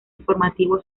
informativo